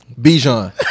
Bijan